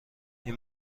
این